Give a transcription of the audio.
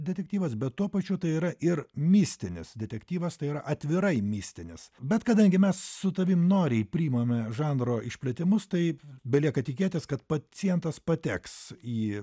detektyvas bet tuo pačiu tai yra ir mistinis detektyvas tai yra atvirai mistinis bet kadangi mes su tavimi noriai priimame žanro išplėtimus taip belieka tikėtis kad pacientas pateks į